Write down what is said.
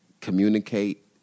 communicate